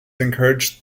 encouraged